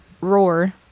Roar